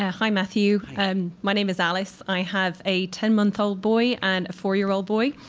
ah hi, matthew. um my name is alice. i have a ten month old boy and a four-year-old boy.